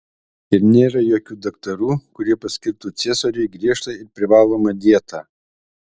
ir nėra jokių daktarų kurie paskirtų ciesoriui griežtą ir privalomą dietą